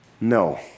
No